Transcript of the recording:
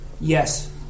Yes